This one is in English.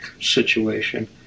situation